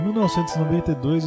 1992